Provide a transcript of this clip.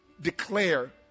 declare